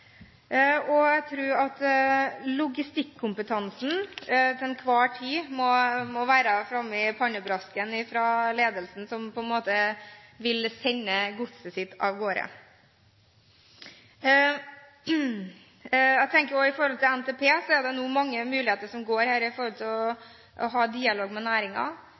Jeg tror at logistikkompetansen til enhver tid må være framme i pannebrasken på ledelsen som vil sende godset sitt av gårde. Jeg tenker også når det gjelder Nasjonal transportplan, at det nå er mange muligheter til å ha dialog med næringen. Statsråden har vært opptatt av å